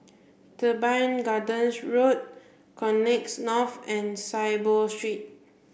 Teban Gardens Road Connexis North and Saiboo Street